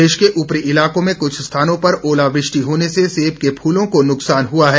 प्रदेश के ऊपरी इलाकों में कुछ स्थानों पर ओलावृष्टि होने से सेब के फूलों को नुकसान हुआ है